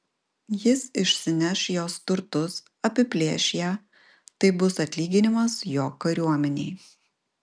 jis išsineš jos turtus apiplėš ją tai bus atlyginimas jo kariuomenei